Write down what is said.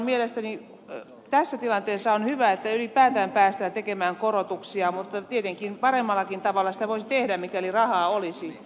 mielestäni tässä tilanteessa on hyvä että ylipäätään päästään tekemään korotuksia mutta tietenkin paremmallakin tavalla sitä voisi tehdä mikäli rahaa olisi